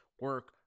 Work